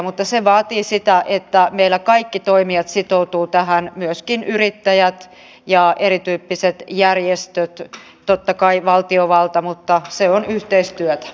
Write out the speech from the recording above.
mutta se vaatii sitä että meillä kaikki toimijat sitoutuvat tähän myöskin yrittäjät ja erityyppiset järjestöt totta kai valtiovalta mutta se on yhteistyötä